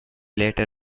later